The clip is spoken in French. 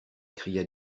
cria